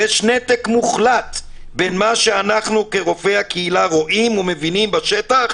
יש נתק מוחלט בין מה שאנחנו כרופאי הקהילה רואים ומבינים בשטח,